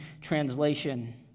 translation